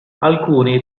alcuni